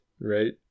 right